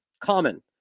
common